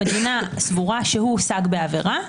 המדינה סבורה שהוא הושג בעבירה,